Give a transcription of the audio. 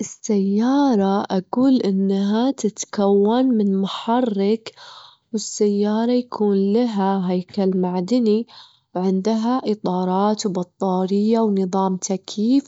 السيارة أجول أنها تتكون من محرك، والسيارة يكون لها هيكل معدني، وعندها إطارات وبطارية ونظام تكييف،